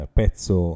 pezzo